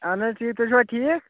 اَہَن حظ ٹھیٖک تُہۍ چھُوا ٹھیٖک